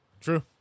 true